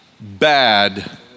bad